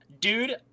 Dude